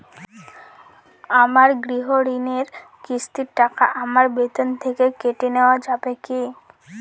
আমার গৃহঋণের কিস্তির টাকা আমার বেতন থেকে কেটে নেওয়া যাবে কি?